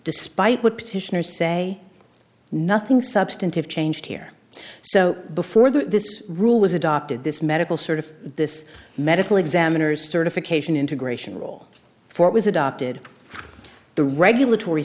despite what petitioners say nothing substantive changed here so before this rule was adopted this medical sort of this medical examiners certification integration role for it was adopted by the regulatory